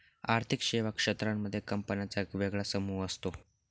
आर्थिक सेवा क्षेत्रांमध्ये कंपन्यांचा एक वेगळा समूह असतो